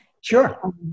Sure